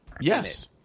Yes